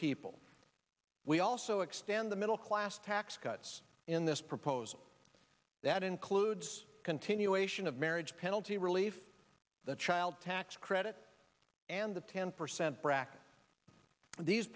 people we also extend the middle class tax cuts in this proposal that includes a continuation of marriage penalty relief the child tax credit and the ten percent bracket these